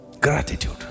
Gratitude